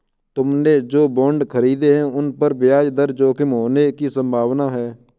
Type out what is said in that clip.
तुमने जो बॉन्ड खरीदे हैं, उन पर ब्याज दर जोखिम होने की संभावना है